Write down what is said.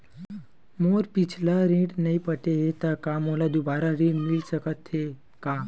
मोर पिछला ऋण नइ पटे हे त का मोला दुबारा ऋण मिल सकथे का?